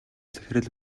захирал